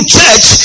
church